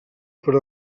per